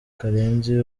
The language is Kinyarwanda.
karenzi